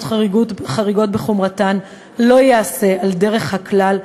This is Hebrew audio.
חריגות בחומרתן לא ייעשה על דרך הכלל,